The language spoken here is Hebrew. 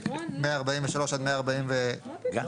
5 נמנעים 1 לא אושר.